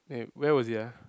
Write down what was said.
eh where was it ah